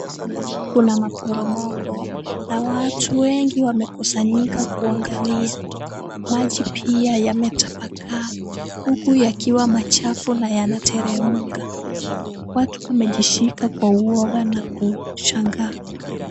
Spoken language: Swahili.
Kuna maporomoko na watu wengi wamekusanyika kuangalia. Maji pia yametapakaa huku yakiwa machafu na yanateremka. Watu wamejishika kwa uoga na kushangaa.